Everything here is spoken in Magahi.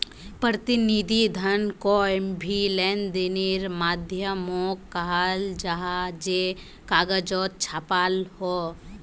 प्रतिनिधि धन कोए भी लेंदेनेर माध्यामोक कहाल जाहा जे कगजोत छापाल हो